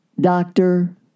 doctor